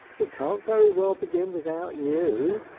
we can't very well begin without you.